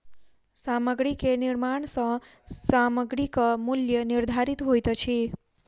सामग्री के निर्माण सॅ सामग्रीक मूल्य निर्धारित होइत अछि